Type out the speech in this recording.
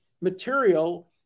material